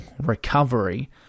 recovery